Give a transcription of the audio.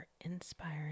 inspiring